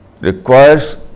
requires